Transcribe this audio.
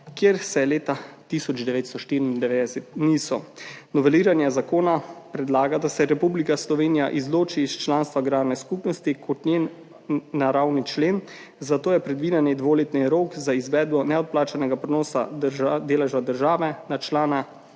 kjer se leta 1994 niso. Noveliranje zakona predlaga, da se Republika Slovenija izloči iz članstva agrarne skupnosti kot njen naravni člen, zato je predviden dvoletni rok za izvedbo neodplačnega prenosa deleža države na člane